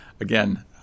Again